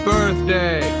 Birthday